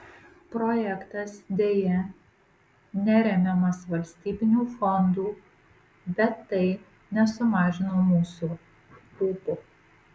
projektas deja neremiamas valstybinių fondų bet tai nesumažino mūsų ūpo